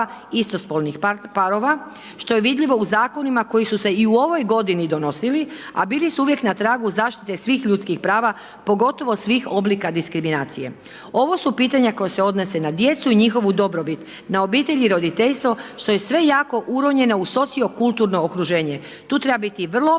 istospolnih parova što je vidljivo u zakonima koji su se i u ovoj godinu donosili, a bili su uvijek na tragu zaštite svih ljudskih prava pogotovo svih oblika diskriminacije. Ovo su pitanja koja se odnose na djecu i njihovu dobrobit, na obitelj i roditeljstvo što je sve jako uronjeno u socio-kulturno okruženje. Tu treba biti vrlo oprezan